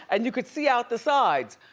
and you could see out the sides.